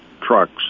trucks